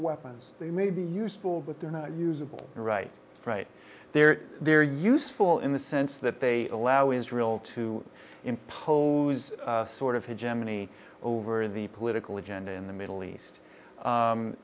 weapons they may be useful but they're not usable and right right there they're useful in the sense that they allow israel to impose sort of germany over the political agenda in the middle east